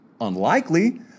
Unlikely